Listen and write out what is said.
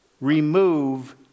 Remove